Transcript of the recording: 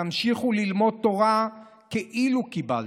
תמשיכו ללמוד תורה כאילו קיבלתם.